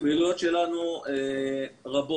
הפעילויות שלנו רבות.